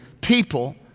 people